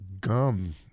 gum